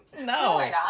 No